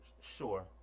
Sure